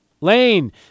Lane